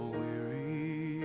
weary